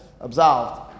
Absolved